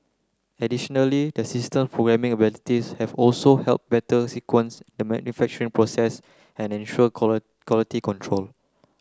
additionally the system programming abilities have also helped better sequence the manufacturing process and ensure quality control